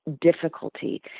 difficulty